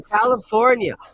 California